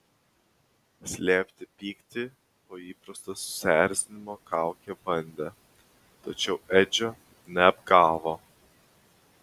slėpti pyktį po įprasto susierzinimo kauke bandė tačiau edžio neapgavo